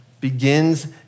begins